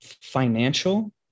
financial